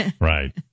Right